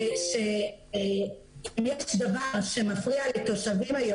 זה שאם יש דבר שמפריע לתושבים היום